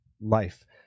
life